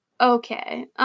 Okay